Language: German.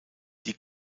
die